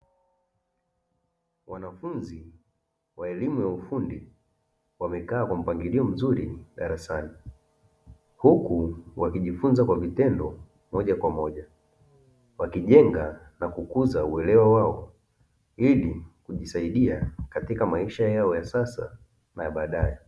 Wanafunzi wa elimu ya ufundi, wamekaa kwa mpangilio mzuri darasani, huku wakijifunza kwa vitendo moja kwa moja, wakijenga na kukuza uelewa wao ili kujisaidia katika maisha yao ya sasa na ya baadaye.